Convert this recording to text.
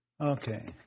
Okay